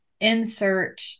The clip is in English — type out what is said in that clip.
insert